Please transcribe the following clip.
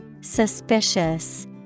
Suspicious